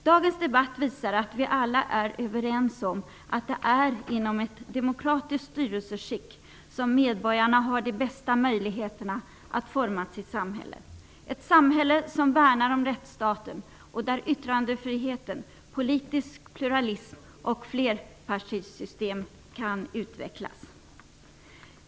Dagens debatt visar att vi alla är överens om att det är inom ett demokratiskt styrelseskick som medborgarna har de bästa möjligheterna att forma sitt samhälle -- ett samhälle som värnar om rättsstaten och där yttrandefrihet, politisk pluralism och flerpartisystem kan utvecklas.